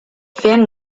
fin